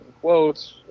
quotes